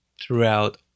throughout